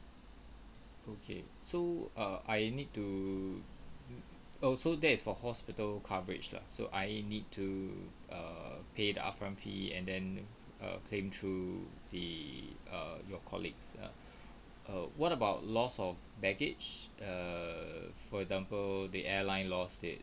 okay so err I need to oh so that's for a hospital coverage lah so I need to err pay the upfront fee and then err claim through the err your colleague uh err what about loss of baggage err for example the airline lost it